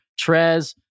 Trez